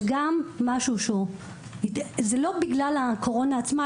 זה לא בגלל הקורונה עצמה,